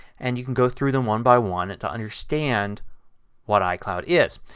and you can go through them one by one to understand what icloud is.